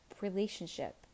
relationship